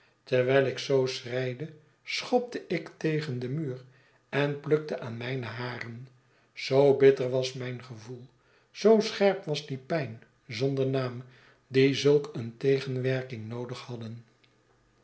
terwijl ik zoo schreide schopte ik tegen den muur en plukte aan mijne haren zoo bitter was mijn gevoel zoo scherp was die pijn zonder naam die zuik eene tegenwerking noodig hadden